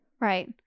Right